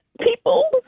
people